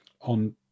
on